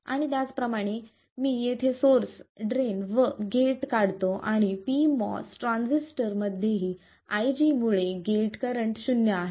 आणि त्याचप्रमाणे मी येथे सोर्स गेट व ड्रेन काढतो आणि pMOS ट्रान्झिस्टर मध्येही I G मुळे गेट करंट शून्य आहे